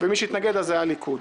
ומי שהתנגד אז היה הליכוד.